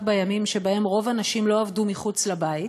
בימים שבהם רוב הנשים לא עבדו מחוץ לבית,